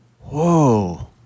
Whoa